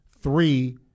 three